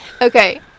okay